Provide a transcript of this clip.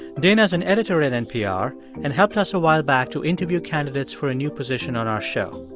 dana's an editor at npr and helped us awhile back to interview candidates for a new position on our show.